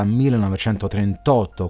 1938